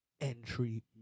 entry